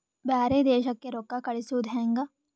ಬ್ಯಾರೆ ದೇಶಕ್ಕೆ ರೊಕ್ಕ ಕಳಿಸುವುದು ಹ್ಯಾಂಗ?